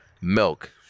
Milk